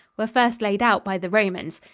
were first laid out by the romans.